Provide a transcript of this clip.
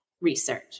research